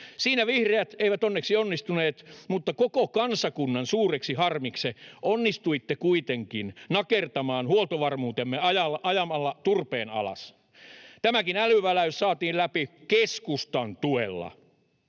Siinä vihreät eivät onneksi onnistuneet, mutta koko kansakunnan suureksi harmiksi onnistuitte kuitenkin nakertamaan huoltovarmuutemme ajamalla turpeen alas. Tämäkin älynväläys saatiin läpi keskustan tuella.